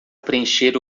preencher